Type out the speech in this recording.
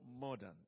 modern